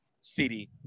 city